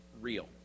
real